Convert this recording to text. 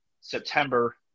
September